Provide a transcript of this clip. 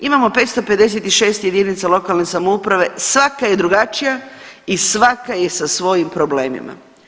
Imamo 556 jedinica lokalne samouprave, svaka je drugačija i svaka je sa svojim problemima.